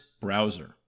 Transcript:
browser